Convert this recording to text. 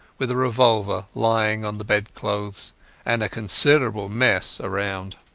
with a revolver lying on the bed-clothes and considerable mess around.